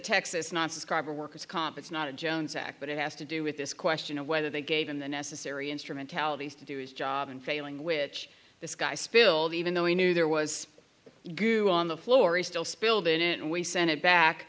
texas not subscriber worker's comp it's not a jones act but it has to do with this question of whether they gave him the necessary instrumentalities to do his job and failing which this guy spilled even though he knew there was on the floor he still spilled in it and we sent it back